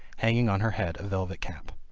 having on her head a velvet cap.